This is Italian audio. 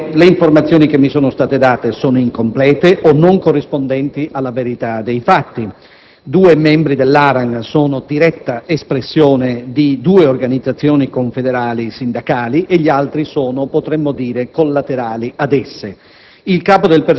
Invero, le informazioni che mi sono state fornite sono incomplete o non corrispondenti alla verità dei fatti: due membri dell'ARAN sono diretta espressione di due organizzazioni confederali sindacali e gli altri sono - potremmo dire - collaterali ad esse.